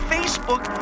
Facebook